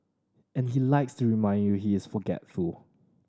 and he likes to remind you he is forgetful